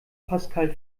pascal